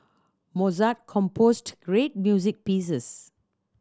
Mozart composed great music pieces